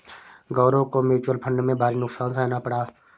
गौरव को mutual fund में भारी नुकसान सहना पड़ा